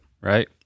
Right